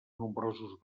nombrosos